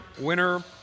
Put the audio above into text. winner